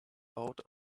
out